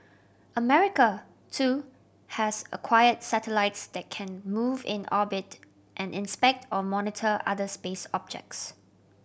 America too has acquired satellites that can move in orbit and inspect or monitor other space objects